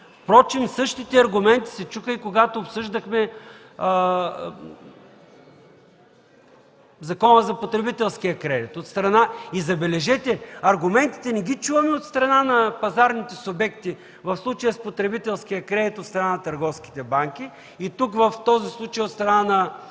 Впрочем същите аргументи се чуха и когато обсъждахме Закона за потребителския кредит. И, забележете, аргументите не ги чуваме от страна на пазарните субекти, в случая с потребителския кредит – от страна на търговските банки, и тук, в този случай – от страна на